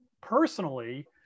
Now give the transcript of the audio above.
personally